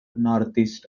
northeast